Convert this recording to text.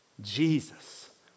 Jesus